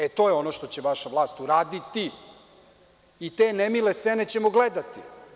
E, to je ono što će vaša vlast uraditi i te ne mile scene ćemo gledati.